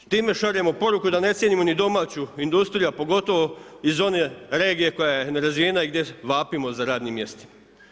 Time šaljemo poruku da ne cijenimo ni domaću industriju, a pogotovo iz one regije koja je nerazvijena i gdje vapimo za radnim mjestima.